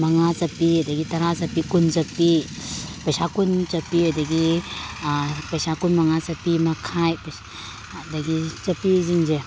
ꯃꯉꯥ ꯆꯞꯄꯤ ꯑꯗꯒꯤ ꯇꯔꯥ ꯆꯄꯤ ꯀꯨꯟ ꯆꯄꯤ ꯄꯩꯁꯥ ꯀꯨꯟ ꯆꯄꯤ ꯑꯗꯒꯤ ꯄꯩꯁꯥ ꯀꯨꯟ ꯃꯉꯥ ꯆꯄꯤ ꯃꯈꯥꯏ ꯑꯗꯒꯤ ꯆꯄꯤꯁꯤꯡꯁꯦ